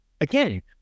again